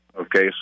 Okay